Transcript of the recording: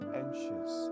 anxious